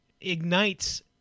ignites